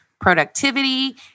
productivity